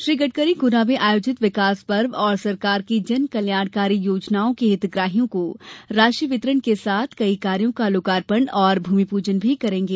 श्री गड़करी गुना में आयोजित विकास पर्व और सरकार की कल्याणकारी योजनाओं के हितग्राहियों को राशि वितरण के साथ कई कार्यो का लोकार्पण और भूमिपूजन भी करेंगे